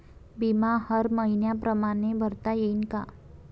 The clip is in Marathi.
बिमा हर मइन्या परमाने भरता येऊन का?